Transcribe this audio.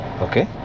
Okay